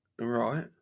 Right